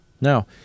Now